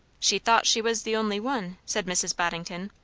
she thought she was the only one, said mrs. boddington.